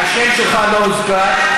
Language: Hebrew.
השם שלך לא הוזכר.